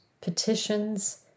petitions